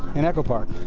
in echo park.